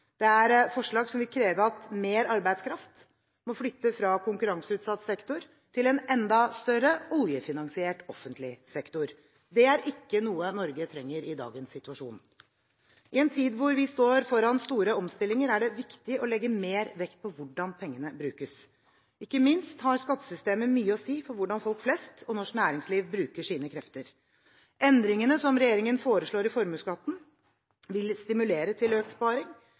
det er forslag som vil kreve at mer arbeidskraft må flyttes fra konkurranseutsatt sektor til en enda større, oljefinansiert offentlig sektor. Det er ikke noe Norge trenger i dagens situasjon. I en tid hvor vi står foran store omstillinger, er det viktig å legge mer vekt på hvordan pengene brukes. Ikke minst har skattesystemet mye å si for hvordan folk flest og norsk næringsliv bruker sine krefter. Endringene som regjeringen foreslår i formuesskatten, vil stimulere til økt sparing.